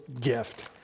gift